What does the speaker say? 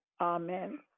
Amen